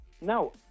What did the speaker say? no